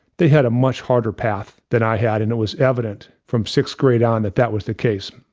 they had a much harder path than i had. and it was evident from sixth grade on that that was the case.